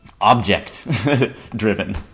Object-driven